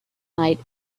night